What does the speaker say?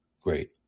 Great